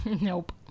Nope